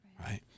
right